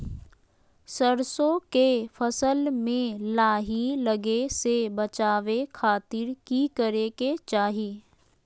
सरसों के फसल में लाही लगे से बचावे खातिर की करे के चाही?